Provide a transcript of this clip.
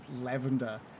lavender